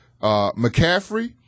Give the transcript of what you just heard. McCaffrey